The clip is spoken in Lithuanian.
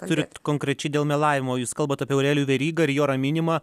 turit konkrečiai dėl melavimo jūs kalbat apie aurelijų verygą ir jo raminimą